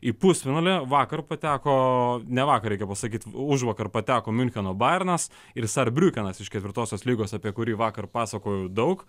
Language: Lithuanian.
į pusfinalį vakar pateko ne vakar reikia pasakyt o užvakar pateko miuncheno bajernas ir sarbriukenas iš ketvirtosios lygos apie kurį vakar pasakojau daug